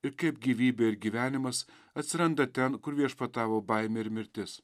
ir kaip gyvybė ir gyvenimas atsiranda ten kur viešpatavo baimė ir mirtis